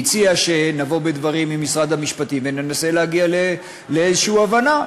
היא הציעה שנבוא בדברים עם משרד המשפטים וננסה להגיע לאיזושהי הבנה,